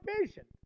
patient